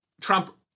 Trump